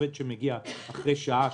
עובד שמגיע אחרי שעה,